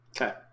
Okay